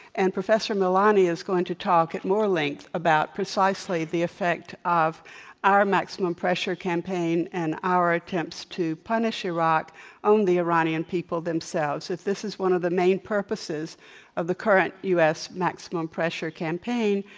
and professor milani is going to talk at more length about precisely the effect of our maximum pressure campaign and our attempts to punish iraq on the iranian people themselves. if this is one of the main purposes of the current u. s. maximum pressure campaign,